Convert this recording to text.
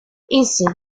instead